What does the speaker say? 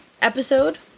episode